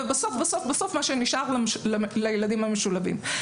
ובסוף מה שנשאר לילדים המשולבים.